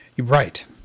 Right